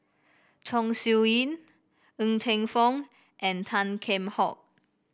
Chong Siew Ying Ng Teng Fong and Tan Kheam Hock